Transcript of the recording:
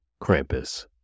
Krampus